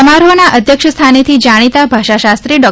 સમારોહના અધ્યક્ષ સ્થાનેથી જાણીતા ભાષાશાસ્ત્રી ડો